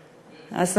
יש.